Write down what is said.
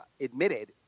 admitted